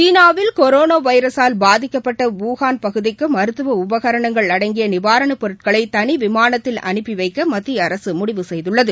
சீனாவில் கொரோனா வைரசால் பாதிக்கப்பட்ட வூகாள் பகுதிக்கு மருத்துவ உபகரணங்கள் அடங்கிய நிவாரண பொருட்களை தனி விமானத்தில் அனுப்பி வைக்க மத்திய அரசு முடிவு செய்துள்ளது